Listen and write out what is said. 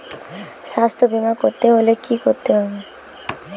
স্বাস্থ্যবীমা করতে হলে কি করতে হবে?